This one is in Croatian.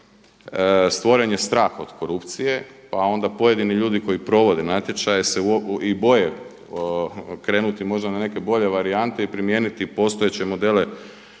stvoren je strah od korupcije pa onda pojedini ljudi koji provode natječaje se i boje krenuti možda na neke bolje varijante i primijeniti postojeće modele